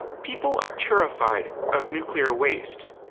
people are terrified of nuclear waste.